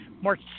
March